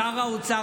שר האוצר,